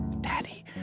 daddy